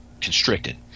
constricted